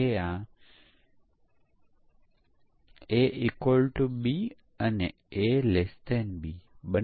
શું આ દૃશ્ય યોગ્ય રીતે લાગુ કરવામાં આવ્યું છે